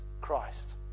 Christ